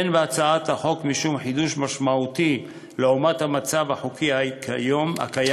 אין בהצעת החוק משום חידוש משמעותי לעומת המצב החוקי הקיים,